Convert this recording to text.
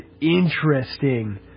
interesting